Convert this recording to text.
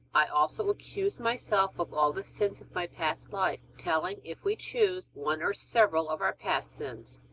i also accuse myself of all the sins of my past life, telling, if we choose, one or several of our past sins.